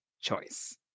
choice